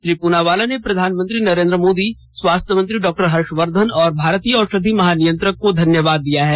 श्री पूनावाला ने प्रधानमंत्री नरेन्द्र मोदी स्वास्थ्य मंत्री डॉ हर्षवर्धन तथा भारतीय औषधि महानियंत्रक को धन्यवाद दिया है